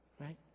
right